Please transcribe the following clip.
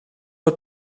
het